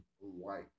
white